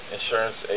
insurance